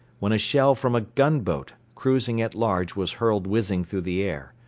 when a shell from a gun-boat cruising at large was hurled whizzing through the air.